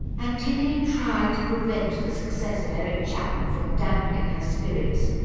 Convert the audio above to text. antigone tried to prevent the success of eric chapman from dampening her spirits,